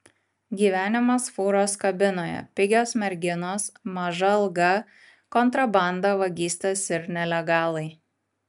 gyvenimas fūros kabinoje pigios merginos maža alga kontrabanda vagystės ir nelegalai